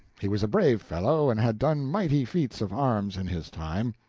he was a brave fellow, and had done mighty feats of arms in his time.